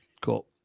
cool